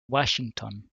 washington